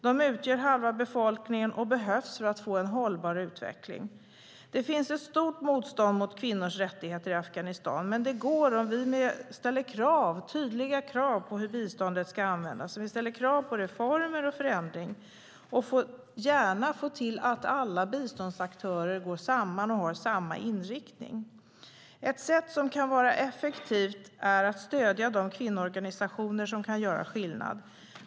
De utgör halva befolkningen och behövs för att få en hållbar utveckling. Det finns ett stort motstånd i Afghanistan mot kvinnors rättigheter, men vi kan ställa tydliga krav på hur biståndet ska användas och kräva reformer och förändring. Det är bra om alla biståndsaktörer kan gå samman och har samma inriktning. Ett sätt som kan vara effektivt är att stödja de kvinnoorganisationer som kan göra skillnad.